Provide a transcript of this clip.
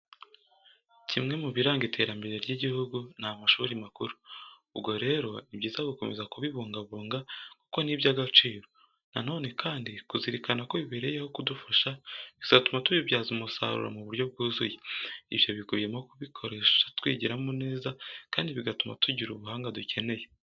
Kimwe mu biranga iterambere ry'igihugu ni amashuri makuru. Ubwo rero ni byiza gukomeza kubibungabunga kuko ni iby'agaciro. Na none kandi kuzirikana ko bibereyeho kudufasha bizatuma tubibyaza umusaruro mu buryo bwuzuye. Ibyo bikubiyemo kubikoresha twigiramo neza kandi bigatuma tugira ubuhanga dukeneye.